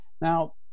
Now